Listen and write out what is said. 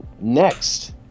next